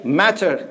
matter